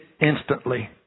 instantly